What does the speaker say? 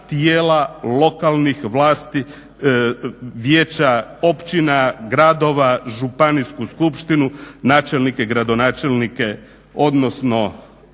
tijela lokalnih vlasti, vijeća, općina, gradova, županijsku skupštinu, načelnike, gradonačelnike odnosno